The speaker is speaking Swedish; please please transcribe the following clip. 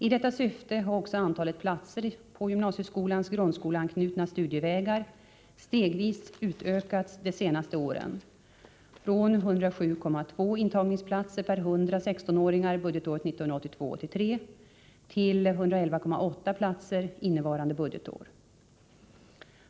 I detta syfte har också antalet platser på gymnasieskolans grundskoleanknutna studievägar stegvis utökats de senaste åren, från 107,2 intagningsplatser per 100 16-åringar budgetåret 1982/83 till 111,8 platser innevarande budgetår.